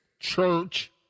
Church